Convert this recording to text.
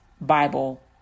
Bible